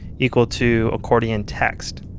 equal to accordion text